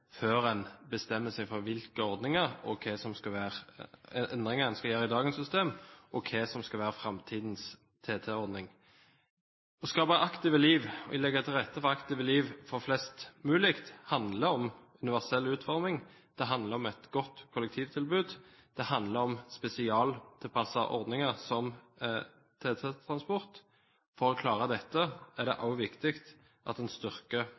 før en bestemmer seg for hvilke endringer en skal gjøre i dagens system, og hva som skal være framtidens TT-ordning. Å skape aktive liv og legge til rette for aktive liv for flest mulig handler om universell utforming. Det handler om et godt kollektivtilbud. Det handler om spesialtilpassede ordninger, som TT-transport. For å klare dette er det også viktig at en styrker